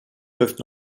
läuft